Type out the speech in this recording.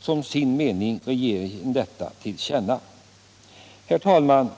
som sin mening bör ge regeringen till känna vad utskottet anfört. Herr talman!